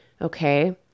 Okay